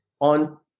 on